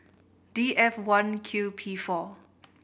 D F one Q P four